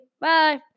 bye